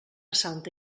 santa